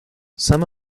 some